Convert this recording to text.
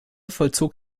vollzog